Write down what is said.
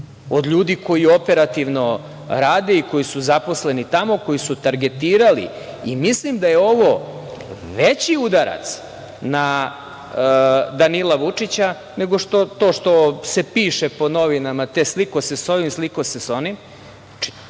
od ljudi koji operativno rade i koji su zaposleni tamo, koji su targetirali. I mislim da je ovo veći udarac na Danila Vučića nego to što se piše po novinama - te slikao se sa ovim, slikao se sa onim.